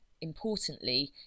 importantly